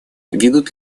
ведут